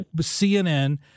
CNN